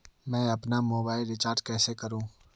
मैं अपना mobile recharge कैसे करूँ?